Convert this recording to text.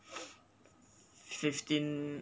fifteen